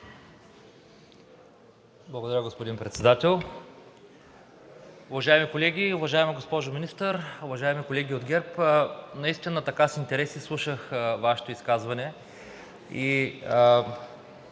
Благодаря, господин Председател. Уважаеми колеги, уважаема госпожо Министър, уважаеми колеги от ГЕРБ! Наистина с интерес изслушах Вашето изказване